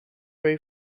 ray